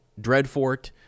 Dreadfort